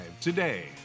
today